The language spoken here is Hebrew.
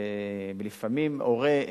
ולפעמים הורה,